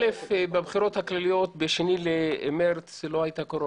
בבחירות הכלליות ב-2 במארס לא הייתה קורונה.